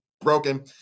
broken